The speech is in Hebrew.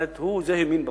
זאת אומרת, הוא האמין בפרט,